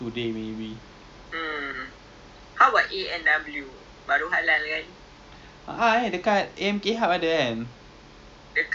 ya it it's very cheap then their flavours also it's like macam got the korean chicken flavours it's like the wing zone lah got a lot of different flavour ah like all those the chicken chicken flavour so